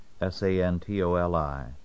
S-A-N-T-O-L-I